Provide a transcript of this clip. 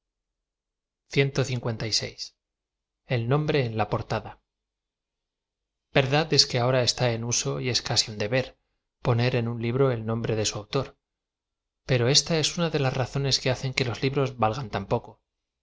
nomáre en la p a ta d a verdad es que ahora etá en uao es caai an deber poner en un libro el nombre de sa autor pero ésta es usa de las razones que hacen que los libros valgan